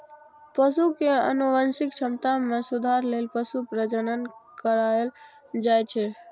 पशु के आनुवंशिक क्षमता मे सुधार लेल पशु प्रजनन कराएल जाइ छै